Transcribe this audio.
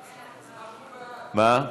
אנחנו בעד, מה?